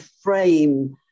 frame